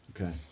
Okay